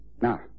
Now